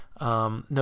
No